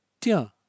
Tiens